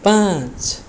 पाँच